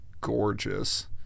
gorgeous